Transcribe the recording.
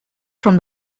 from